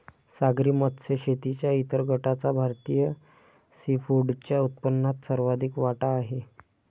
सागरी मत्स्य शेतीच्या इतर गटाचा भारतीय सीफूडच्या उत्पन्नात सर्वाधिक वाटा आहे